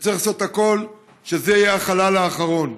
וצריך לעשות הכול שזה יהיה החלל האחרון.